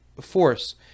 force